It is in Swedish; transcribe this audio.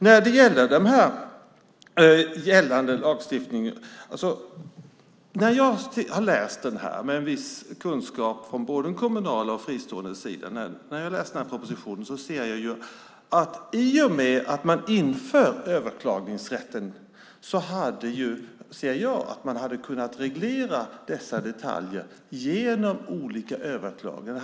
När jag har läst den här propositionen, med viss kunskap från både den kommunala och den fristående sidan, har jag sett att i och med införande av överklagningsrätten hade man kunnat reglera dessa detaljer genom olika överklaganden.